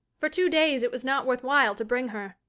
for two days it was not worth while to bring her.